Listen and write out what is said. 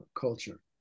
culture